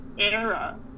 Era